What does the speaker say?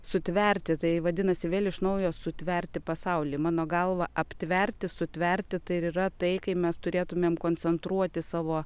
sutverti tai vadinasi vėl iš naujo sutverti pasaulį mano galva aptverti sutverti tai ir yra tai kai mes turėtumėm koncentruoti savo